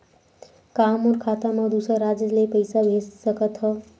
का मोर खाता म दूसरा राज्य ले पईसा भेज सकथव?